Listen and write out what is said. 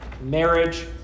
marriage